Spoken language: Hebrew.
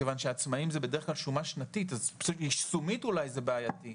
מכיוון שאצל עצמאים זה בדרך כלל שומה שנתית אז יישומית אולי זה בעייתי.